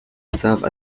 serve